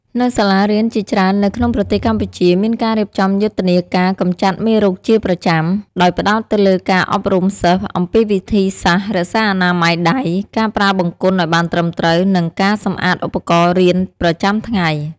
នៅសាលារៀនជាច្រើននៅក្នុងប្រទេសកម្ពុជា មានការរៀបចំយុទ្ធនាការកម្ចាត់មេរោគជាប្រចាំ ដោយផ្តោតទៅលើការអប់រំសិស្សអំពីវិធីសាស្ត្ររក្សាអនាម័យដៃ ការប្រើបង្គន់ឲ្យបានត្រឹមត្រូវ និងការសម្អាតឧបករណ៍រៀនប្រចាំថ្ងៃ។